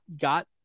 got